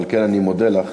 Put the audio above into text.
ועל כן אני מודה לך,